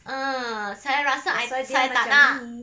uh saya rasa I saya tak nak